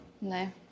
No